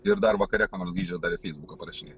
ir dar vakare ką nors grįžęs dar į feisbuką parašinėt